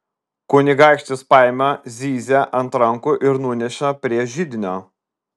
kunigaikštis paima zyzią ant rankų ir nuneša prie židinio